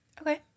Okay